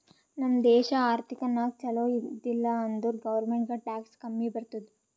ನಮ್ ದೇಶ ಆರ್ಥಿಕ ನಾಗ್ ಛಲೋ ಇದ್ದಿಲ ಅಂದುರ್ ಗೌರ್ಮೆಂಟ್ಗ್ ಟ್ಯಾಕ್ಸ್ ಕಮ್ಮಿ ಬರ್ತುದ್